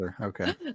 okay